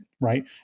Right